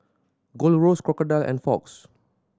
Gold Roast Crocodile and Fox